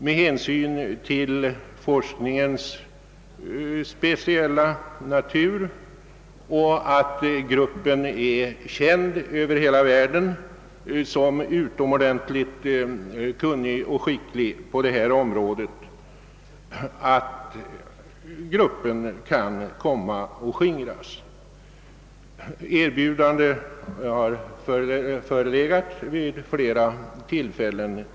Med tanke på forskningens särskilda natur och på att gruppen är känd över hela världen som synnerligen kunnig och skicklig finns det risk för att den kan komma att skingras. Erbjudanden från skilda håll har förelegat vid flera tillfällen.